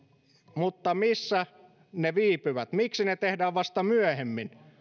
mutta missä ne viipyvät miksi ne tehdään vasta myöhemmin